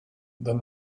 then